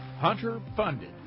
hunter-funded